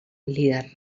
líder